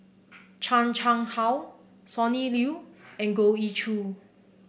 Chan Chang How Sonny Liew and Goh Ee Choo